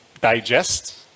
digest